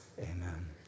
amen